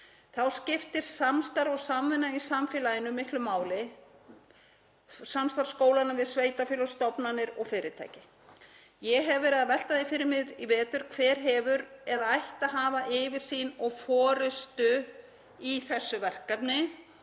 Þá skiptir samstarf og samvinna í samfélaginu miklu máli, samstarf skólanna við sveitarfélög, stofnanir og fyrirtæki. Ég hef verið að velta fyrir mér í vetur hver hafi eða ætti að hafa yfirsýn og forystu í þessu verkefni